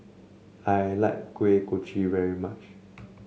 I like Kuih Kochi very much